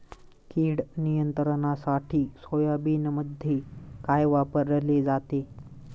कीड नियंत्रणासाठी सोयाबीनमध्ये काय वापरले जाते?